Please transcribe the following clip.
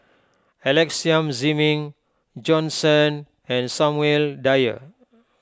Alex Yam Ziming Jorn Shen and Samuel Dyer